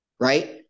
Right